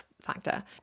factor